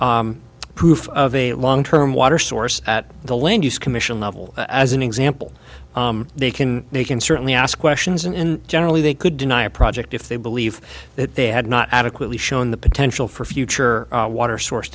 require proof of a long term water source at the land use commission level as an example they can they can certainly ask questions and generally they could deny a project if they believe that they had not adequately shown the potential for future water source